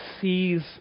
sees